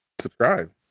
Subscribe